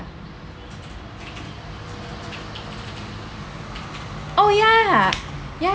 oh ya ya